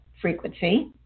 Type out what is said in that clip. frequency